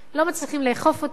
לא מצליחים לאכוף אותה.